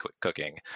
cooking